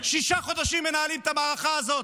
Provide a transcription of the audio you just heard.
שישה חודשים מנהלים את המערכה הזאת.